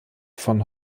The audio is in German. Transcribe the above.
von